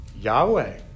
Yahweh